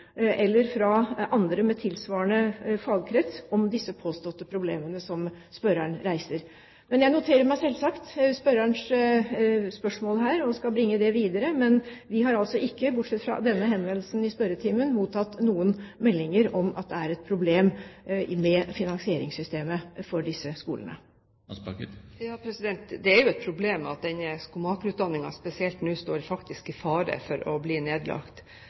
eller fra andre med tilsvarende fagkrets om de påståtte problemene som spørreren tar opp. Jeg noterer meg selvsagt spørrerens spørsmål og skal bringe det videre. Men vi har altså ikke – bortsett fra denne henvendelsen i spørretimen – mottatt noen meldinger om at det er et problem med finansieringssystemet for disse skolene. Det er jo et problem at skomakerutdanningen spesielt nå står i fare for å bli nedlagt.